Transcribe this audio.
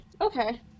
okay